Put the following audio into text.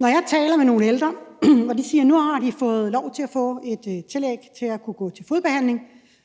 Når jeg taler med nogle ældre, siger de, at nu har de fået lov til at få et tillæg til at kunne gå til fodbehandling,